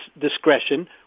discretion